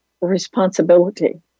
responsibility